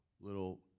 little